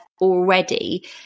already